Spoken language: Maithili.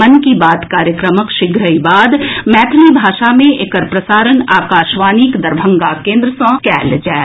मन की बात कार्यक्रमक शीघ्रहि बाद मैथिली भाषा मे एकर प्रसारण आकाशवाणीक दरभंगा केन्द्र सँ कयल जायत